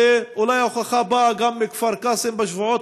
אולי ההוכחה באה גם מכפר קאסם: בשבועות